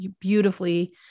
beautifully